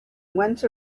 went